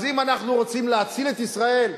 אז אם אנחנו רוצים להציל את ישראל,